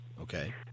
okay